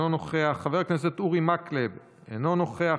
אינו נוכח,